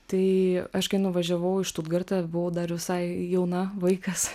tai aš kai nuvažiavau į štutgartą buvau dar visai jauna vaikas